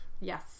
Yes